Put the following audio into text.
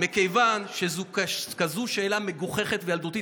מכיוון שזו כזאת שאלה מגוחכת וילדותית,